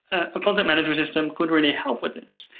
a content management system could really help with this.